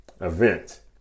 event